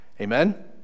Amen